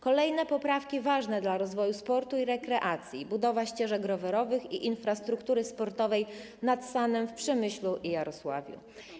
Kolejne poprawki ważne dla rozwoju sportu i rekreacji dotyczą budowy ścieżek rowerowych i infrastruktury sportowej nad Sanem w Przemyślu i Jarosławiu.